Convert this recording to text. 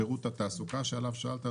שירות התעסוקה שעליו שאלת,